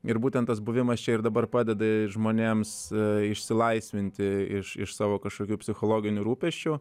ir būtent tas buvimas čia ir dabar padeda žmonėms išsilaisvinti iš iš savo kažkokių psichologinių rūpesčių